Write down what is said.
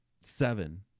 Seven